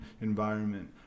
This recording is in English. environment